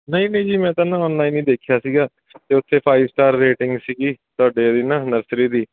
ਨਹੀਂ ਨਹੀਂ ਜੀ ਮੈਂ ਤਾਂ ਨਾ ਔਨਲਾਈਨ ਹੀ ਦੇਖਿਆ ਸੀਗਾ ਅਤੇ ਉੱਥੇ ਫਾਈਵ ਸਟਾਰ ਰੇਟਿੰਗ ਸੀਗੀ ਤੁਹਾਡੇ ਇਹਦੀ ਨਾ ਨਰਸਰੀ ਦੀ